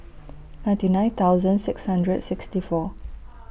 ninety nine thousand six hundred sixty four